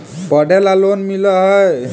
पढ़े ला लोन मिल है?